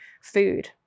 food